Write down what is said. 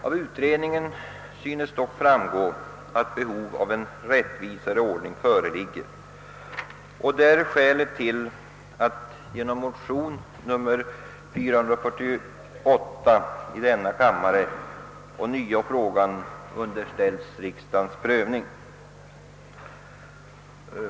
Av utredningen synes dock framgå att behov av en rättvisare ordning föreligger, och detta är skälet till att genom motion nr II: 448 frågan ånyo under ställts riksdagens prövning.